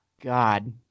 God